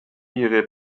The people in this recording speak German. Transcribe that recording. ihre